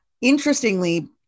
interestingly